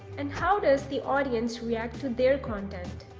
and how does the audience react to their content?